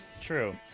True